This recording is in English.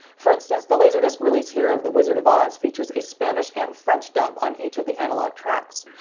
for instance the laserdisc release here of the wizard of oz features a spanish and french dub on each of the analog tracks.